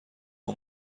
اون